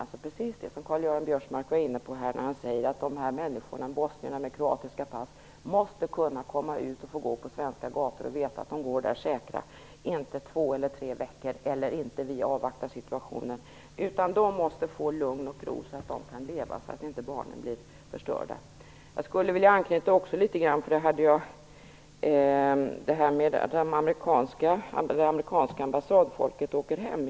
Det var precis det som Karl-Göran Biörsmark var inne på när han sade att bosnier med kroatiska pass måste få kunna komma ut och gå på svenska gator och veta att de går säkra där. Beskedet skall inte vara att man ger respit i två eller tre veckor eller att man avvaktar. De måste få lugn och ro så att de kan leva så att barnen inte blir förstörda. Jag skulle också vilja anknyta till det som sades om att det amerikanska ambassadfolket åker hem.